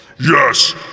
Yes